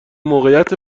موقعیت